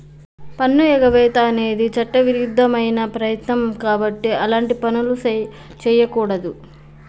పన్నుఎగవేత అనేది చట్టవిరుద్ధమైన ప్రయత్నం కాబట్టి అలాంటి పనులు చెయ్యకూడదు